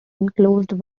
enclosed